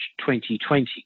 2020